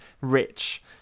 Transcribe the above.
rich